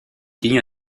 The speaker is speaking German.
ging